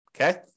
Okay